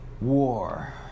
war